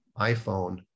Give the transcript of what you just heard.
iPhone